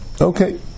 Okay